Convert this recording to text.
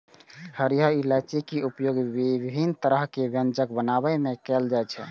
हरियर इलायची के उपयोग विभिन्न तरहक व्यंजन बनाबै मे कैल जाइ छै